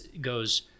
goes